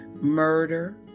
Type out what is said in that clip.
murder